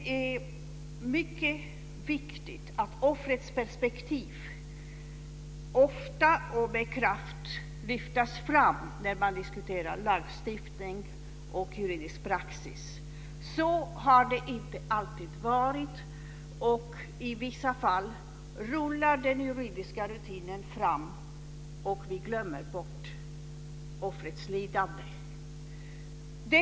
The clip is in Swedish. När man diskuterar lagstiftning och juridisk praxis är det mycket viktigt att offrets perspektiv ofta och med kraft lyfts fram. Så har det inte alltid varit. I vissa fall rullar den juridiska rutinen på medan vi glömmer bort offrets lidande.